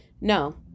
no